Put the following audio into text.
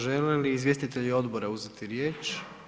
Žele li izvjestitelji odbora uzeti riječ?